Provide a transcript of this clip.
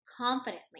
confidently